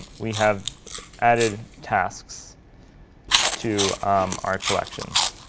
we have added tasks to our collections.